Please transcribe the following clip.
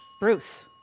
Bruce